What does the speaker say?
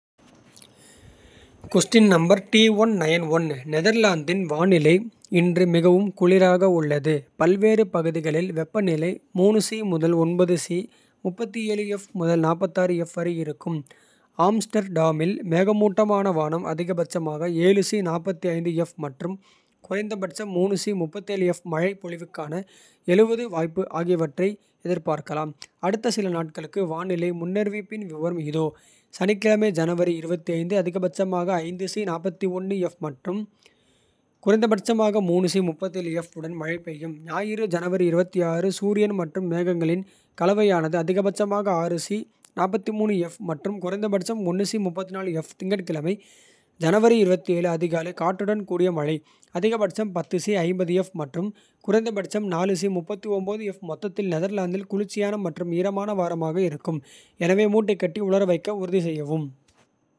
நெதர்லாந்தின் வானிலை இன்று மிகவும் குளிராக உள்ளது. பல்வேறு பகுதிகளில் வெப்பநிலை முதல் முதல். வரை இருக்கும் ஆம்ஸ்டர்டாமில் மேகமூட்டமான வானம். அதிகபட்சமாக மற்றும் குறைந்தபட்சம் மழை. பொழிவுக்கான வாய்ப்பு ஆகியவற்றை எதிர்பார்க்கலாம். அடுத்த சில நாட்களுக்கு வானிலை முன்னறிவிப்பின் விவரம் இதோ. சனிக்கிழமை ஜனவரி அதிகபட்சமாக மற்றும் குறைந்தபட்சமாக. உடன் மழை பெய்யும் ஞாயிறு. ஜனவரி சூரியன் மற்றும் மேகங்களின் கலவையானது. அதிகபட்சமாக மற்றும் குறைந்தபட்சம். திங்கட்கிழமை ஜனவரி அதிகாலை காற்றுடன் கூடிய மழை. அதிகபட்சம் மற்றும் குறைந்தபட்சம் மொத்தத்தில். நெதர்லாந்தில் குளிர்ச்சியான மற்றும் ஈரமான வாரமாக இருக்கும். எனவே மூட்டை கட்டி உலர வைக்க உறுதி செய்யவும்.